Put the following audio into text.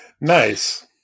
Nice